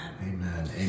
Amen